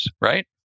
Right